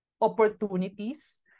opportunities